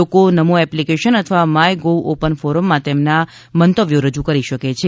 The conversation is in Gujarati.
લોકો નમો એપ્લિકેશન અથવા માયગોવ ઓપન ફોરમમાં તેમના મંતવ્યો રજુ કરી શકે છે